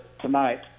tonight